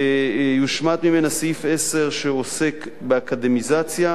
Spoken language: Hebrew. יושמט ממנה סעיף 10, שעוסק באקדמיזציה,